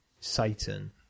Satan